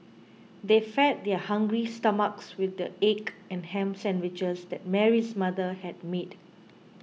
they fed their hungry stomachs with the egg and ham sandwiches that Mary's mother had made